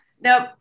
Nope